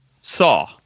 saw